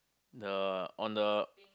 the on the